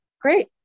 great